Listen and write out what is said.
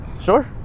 Sure